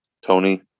Tony